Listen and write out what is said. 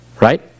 Right